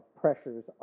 pressures